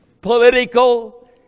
political